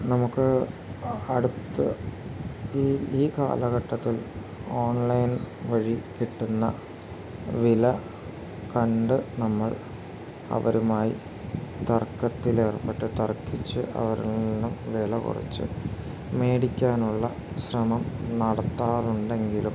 നമുക്ക് അടുത്ത് ഈ ഈ കാലഘട്ടത്തിൽ ഓൺലൈൻ വഴി കിട്ടുന്ന വില കണ്ട് നമ്മൾ അവരുമായി തർക്കത്തിലേർപ്പെട്ട് തർക്കിച്ച് അവരില് നിന്നും വില കുറച്ച് മേടിക്കാനുള്ള ശ്രമം നടത്താറുണ്ടെങ്കിലും